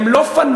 הם לא פנאטים,